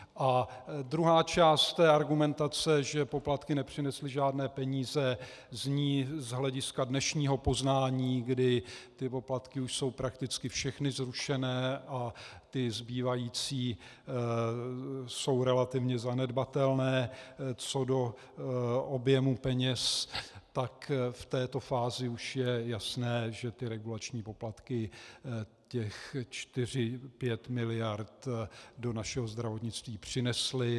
A druhá část té argumentace, že poplatky nepřinesly žádné peníze, zní z hlediska dnešního poznání, kdy ty poplatky už jsou prakticky všechny zrušené a ty zbývající jsou relativně zanedbatelné co do objemu peněz, tak v této fázi už je jasné, že ty regulační poplatky těch čtyři pět miliard do našeho zdravotnictví přinesly.